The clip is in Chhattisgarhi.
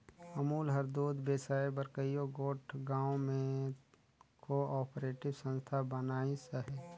अमूल हर दूद बेसाए बर कइयो गोट गाँव में को आपरेटिव संस्था बनाइस अहे